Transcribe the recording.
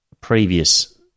previous